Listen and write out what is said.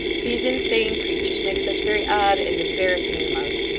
these insane creatures make such very odd and embarrassing remarks,